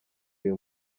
uyu